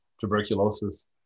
tuberculosis